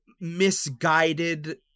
misguided